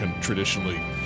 traditionally